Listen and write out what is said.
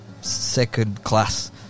second-class